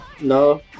No